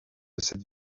cette